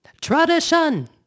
tradition